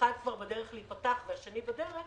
ואחד כבר בדרך להיפתח והשני בדרך,